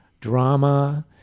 drama